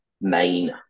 main